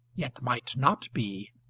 yet might not be,